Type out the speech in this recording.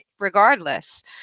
regardless